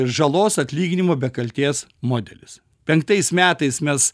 žalos atlyginimo be kaltės modelis penktais metais mes